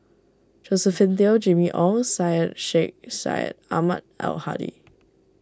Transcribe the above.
Josephine Teo Jimmy Ong Syed Sheikh Syed Ahmad Al Hadi